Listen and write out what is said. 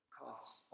costs